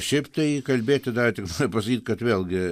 šiaip tai kalbėti dar tik noriu pasakyt kad vėlgi